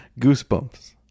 Goosebumps